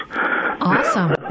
Awesome